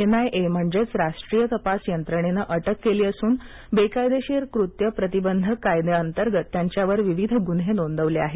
NIA म्हणजेच राष्ट्रीय तपास यंत्रणेनं अटक केली असून बेकायदेशीर कृत्ये प्रतिबंधक कायद्याच्या अंतर्गत त्यांच्यावर विविध गुन्हे नोंदवले आहेत